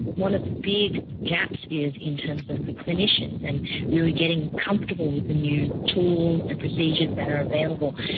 one of the big gaps is in terms of the clinicians, and really getting comfortable with the new tools and procedures that are available,